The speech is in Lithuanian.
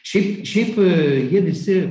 šiap šiaip jie visi